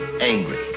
angry